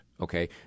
Okay